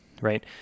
Right